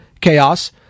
chaos